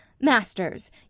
Masters